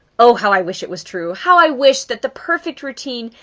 oh, how i wish it was true, how i wish that the perfect routine.